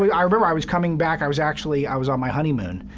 i remember i was coming back i was actually i was on my honeymoon,